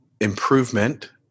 improvement